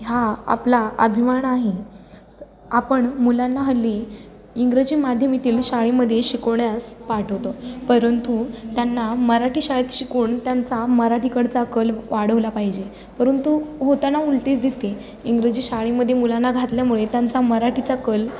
हा आपला अभिमान आहे आपण मुलांना हल्ली इंग्रजी माध्यमातील शाळेमध्ये शिकवण्यास पाठवतो परंतु त्यांना मराठी शाळेत शिकून त्यांचा मराठीकडचा कल वाढवला पाहिजे परंतु होताना उलटीच दिसते इंग्रजी शाळेमध्ये मुलांना घातल्यामुळे त्यांचा मराठीचा कल